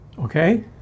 Okay